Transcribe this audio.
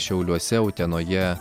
šiauliuose utenoje